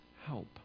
help